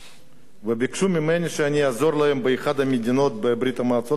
וביקשו ממני שאני אעזור להם באחת המדינות בברית-המועצות לשעבר,